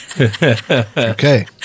okay